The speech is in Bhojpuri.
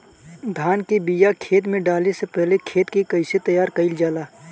धान के बिया खेत में डाले से पहले खेत के कइसे तैयार कइल जाला?